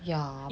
ya but